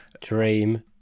dream